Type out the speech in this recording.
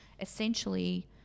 essentially